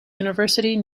university